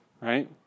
right